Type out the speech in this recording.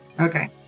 Okay